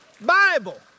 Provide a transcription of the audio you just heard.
Bible